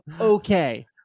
okay